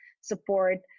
support